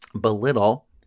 belittle